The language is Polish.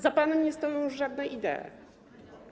Za panem nie stoją już żadne idee.